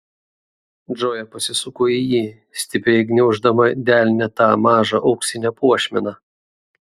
džoja pasisuko į jį stipriai gniauždama delne tą mažą auksinę puošmeną